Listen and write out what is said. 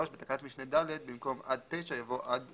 בתקנת משנה (ד) במקום "עד (9)" יבוא "עד